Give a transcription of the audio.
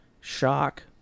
shock